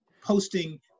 posting